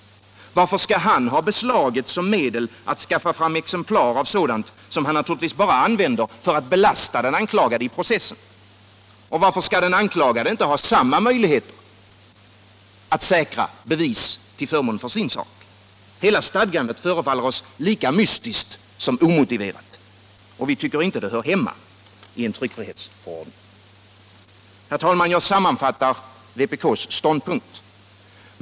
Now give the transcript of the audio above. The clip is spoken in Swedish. Varför skall han ha beslaget som medel att skaffa fram exemplar av sådant som han naturligtvis bara använder för att belasta den anklagade i processen, och varför skall den anklagade inte ha samma möjligheter att säkra bevis till förmån för sin sak? Hela stadgandet förefaller oss lika mystiskt som omotiverat, och vi tycker inte att det hör hemma i en tryckfrihetsförordning. Herr talman! Jag sammanfattar vpk:s ståndpunkt.